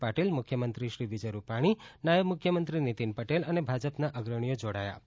પાટીલ મુખ્યમંત્રીશ્રી વિજય રૂપાણીનાયબ મુખ્યમંત્રી નીતીન પટેલ અને ભાજપના અગ્રણીઓ જોડાયા હતા